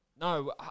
No